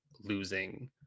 losing